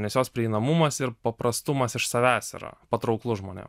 nes jos prieinamumas ir paprastumas iš savęs yra patrauklus žmonėm